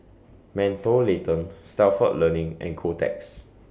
Mentholatum Stalford Learning and Kotex